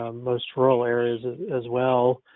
um most rural areas as well.